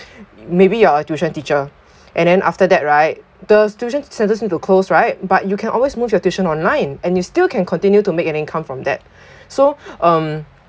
maybe you're a tuition teacher and then after that right the tuition centers need to close right but you can always move your tuition online and you still can continue to make an income from that so um